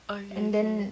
ookay ookay